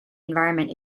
environment